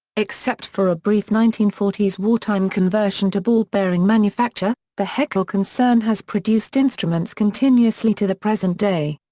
except for a brief nineteen forty s wartime conversion to ball bearing manufacture, the heckel concern has produced instruments continuously to the present day.